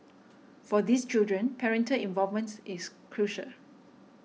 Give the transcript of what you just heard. for these children parental involvements is crucial